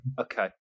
Okay